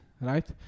right